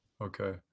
Okay